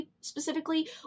specifically